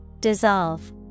Dissolve